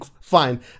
fine